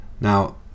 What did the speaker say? Now